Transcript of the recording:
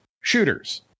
shooters